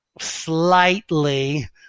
slightly